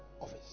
office